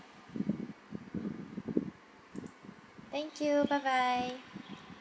thank you bye bye